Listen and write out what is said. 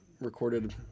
recorded